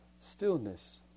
stillness